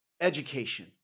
education